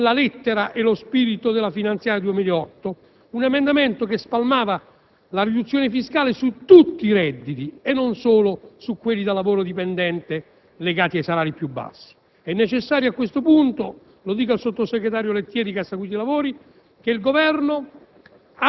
con la lettera e lo spirito della finanziaria 2008. È un emendamento che spalmava la riduzione fiscale su tutti i redditi, non solo su quelli da lavoro dipendente legati ai salari più bassi. È necessario a questo punto, e mi rivolgo al sottosegretario Lettieri che ha seguito i lavori, che nelle